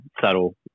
subtle –